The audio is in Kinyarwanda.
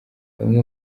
bamwe